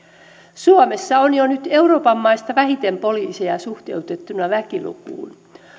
suomessa on jo nyt euroopan maista vähiten poliiseja suhteutettuna väkilukuun